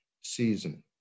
season